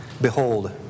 Behold